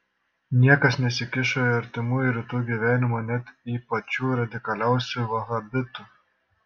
niekas nesikišo į artimųjų rytų gyvenimą net į pačių radikaliausių vahabitų